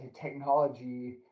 technology